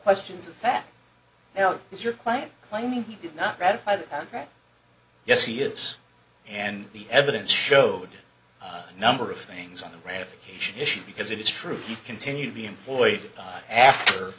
questions of fact l is your client claiming you did not read ok yes he is and the evidence showed a number of things on the ratification issue because it is true you continue to be employed by after